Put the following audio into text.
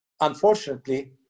unfortunately